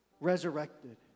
resurrected